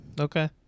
okay